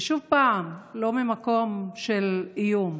ושוב, לא ממקום של איום